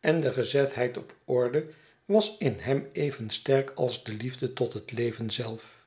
en de gezetheid opordewas in hem even sterk als de liefde tot het leven zelf